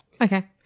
Okay